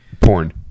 Porn